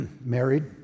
married